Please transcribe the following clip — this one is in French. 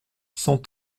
cent